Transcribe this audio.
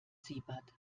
siebert